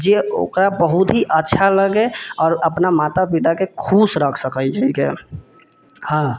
जे ओकरा बहुत ही अच्छा लगै आओर अपना माता पिताके खुश रख सकै छैके हँ